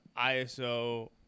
ISO